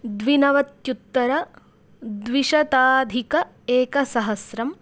द्विनवत्युत्तरद्विशताधिक एकसहस्रम्